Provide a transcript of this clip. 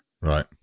Right